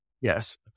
Yes